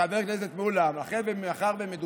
וחבר הכנסת מולא, מאחר שמדובר